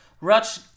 rush